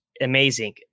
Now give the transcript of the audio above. amazing